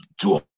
two